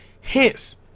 Hence